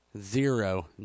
Zero